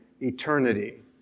eternity